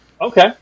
okay